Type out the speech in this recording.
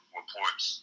reports